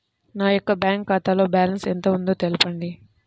నా యొక్క బ్యాంక్ ఖాతాలో బ్యాలెన్స్ ఎంత ఉందో తెలపండి?